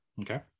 Okay